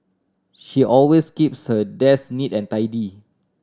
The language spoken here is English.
she always keeps her desk neat and tidy